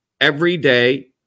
everyday